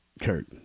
Kurt